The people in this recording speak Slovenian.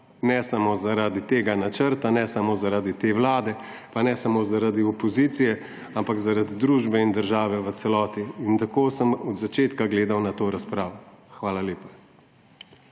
ne samo zaradi tega načrta, ne samo zaradi te vlade, pa ne samo zaradi opozicije, ampak zaradi družbe in države v celoti. Tako sem od začetka gledal na to razpravo. Hvala lepa.